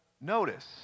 notice